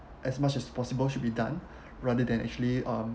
as much as possible should be done rather than actually um